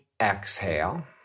exhale